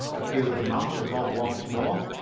appealed the man to bob once more.